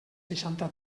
seixanta